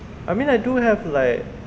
I mean I do have like